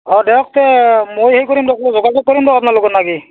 অঁ দে অক ময়ো হেৰি কৰিম দ'ক যোগাযোগ কৰিম দ'ক আপোনাৰ লগত না কি